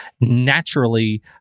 naturally